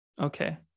okay